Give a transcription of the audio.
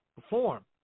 perform